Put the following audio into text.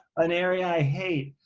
an area i hate.